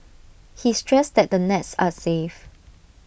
he stressed that the nets are safe